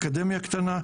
אקדמיה קטנה,